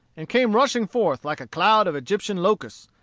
and came rushing forth like a cloud of egyptian locusts,